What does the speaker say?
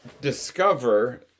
discover